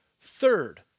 Third